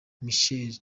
michelle